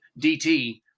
DT